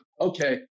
okay